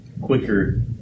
quicker